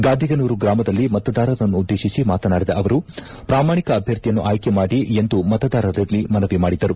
ಗಾದಿಗನೂರು ಗ್ರಾಮದಲ್ಲಿ ಮತದಾರರನ್ನು ಉದ್ದೇತಿಸಿ ಮಾತನಾಡಿದ ಅವರು ಪ್ರಾಮಾಣಿಕ ಅಭ್ಯರ್ಥಿಯನ್ನು ಆಯ್ಕೆ ಮಾಡಿ ಎಂದು ಮತದಾರರಲ್ಲಿ ಮನವಿ ಮಾಡಿದರು